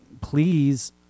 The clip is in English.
please